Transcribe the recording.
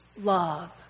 love